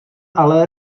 ale